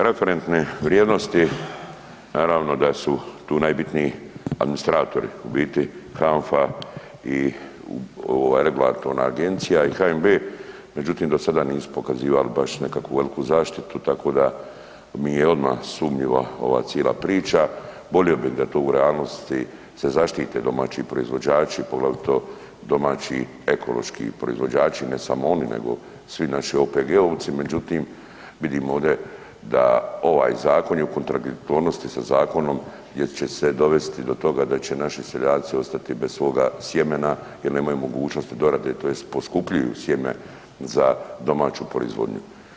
Referentne vrijednosti naravno da su tu najbitniji administratori, u biti HANFA i regulatorna agencija i HNB, međutim nisu pokazivali baš nekakvu veliku zaštitu, tako da mi je odmah sumnjivo ova cijela priča, volio bi da to u realnosti se zaštite domaći proizvođači, poglavito domaći ekološki proizvođači, ne samo oni nego svi naši OPG-ovci, međutim vidimo ovdje da ovaj zakon je u kontradiktornosti sa zakonom gdje će se dovesti do toga da će naši seljaci ostati bez svoga sjemena jer nemaju mogućnosti dorade, tj. poskupljuju sjeme za domaću proizvodnju.